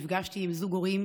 נפגשתי עם זוג הורים